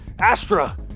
Astra